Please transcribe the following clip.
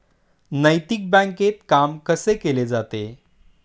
नैतिक बँकेत काम कसे केले जाते?